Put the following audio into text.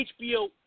HBO